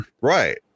Right